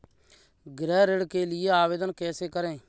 गृह ऋण के लिए आवेदन कैसे करें?